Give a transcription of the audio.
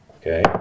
Okay